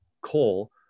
coal